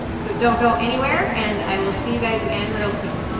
so don't go anywhere. and i will see you guys again real soon.